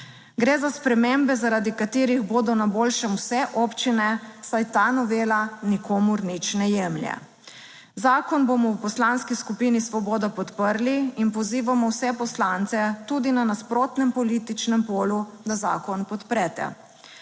Gre za spremembe, zaradi katerih bodo na boljšem vse občine, saj ta novela nikomur nič ne jemlje. Zakon bomo v Poslanski skupini Svoboda podprli in pozivamo vse poslance tudi na nasprotnem političnem polu, da zakon podprete.